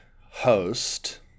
host